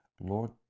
Lord